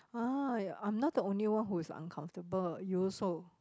ah I'm not the only one who is uncomfortable you also